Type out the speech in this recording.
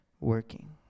working